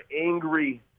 angry